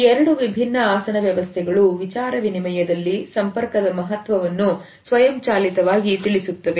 ಈ ಎರಡು ವಿಭಿನ್ನ ಆಸನ ವ್ಯವಸ್ಥೆಗಳು ವಿಚಾರ ವಿನಿಮಯದಲ್ಲಿ ಸಂಪರ್ಕದ ಮಹತ್ವವನ್ನು ಸ್ವಯಂಚಾಲಿತವಾಗಿ ತಿಳಿಸುತ್ತವೆ